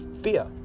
fear